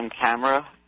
camera